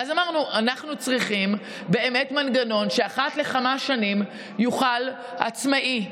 ואז אמרנו שאנחנו צריכים באמת מנגנון שבו אחת לכמה שנים יוכל העצמאי,